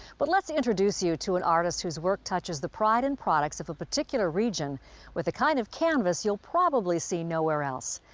but let's introduce you to an artist whose work touches the pride and products of a particular region with a kind of canvas you'll probably see nowhere else.